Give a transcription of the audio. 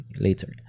later